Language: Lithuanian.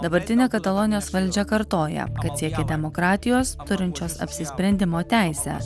dabartinė katalonijos valdžia kartoja kad siekia demokratijos turinčios apsisprendimo teisę